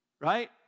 right